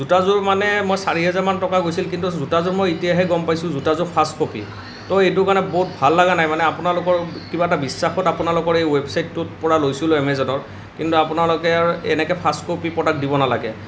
জোতাযোৰ মানে মই চাৰিহাজাৰমান টকা গৈছিল কিন্তু জোতাযোৰ মই এতিয়াহে গম পাইছো জোতাযোৰ ফাৰ্ষ্ট কপি তো এইটো কাৰণে বহুত ভাল লাগা নাই মানে আপোনালোকৰ কিবা এটা বিশ্বাসত আপোনালোকৰ এই ৱেবছাইটটোৰ পৰা লৈছিলো এমেজনত কিন্তু আপোনালোকে আৰু এনেকৈ ফাৰ্ষ্ট কপি প্ৰডাক্ট দিব নালাগে